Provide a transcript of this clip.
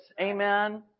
Amen